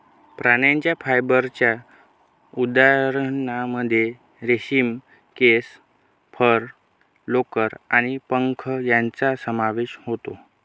प्राण्यांच्या फायबरच्या उदाहरणांमध्ये रेशीम, केस, फर, लोकर आणि पंख यांचा समावेश होतो